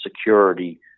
security